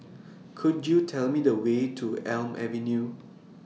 Could YOU Tell Me The Way to Elm Avenue